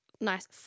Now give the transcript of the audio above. nice